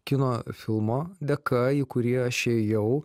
kino filmo dėka į kurį aš ėjau